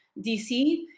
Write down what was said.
DC